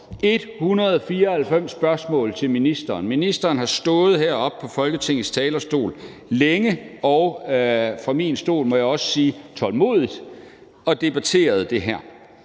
stillet til ministeren. Ministeren har stået heroppe på Folketingets talerstol længe og – set fra min stol – tålmodigt og debatteret det her.